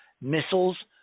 missiles